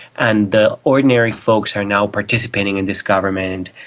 and the ordinary folks are now participating in this government.